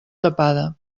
tapada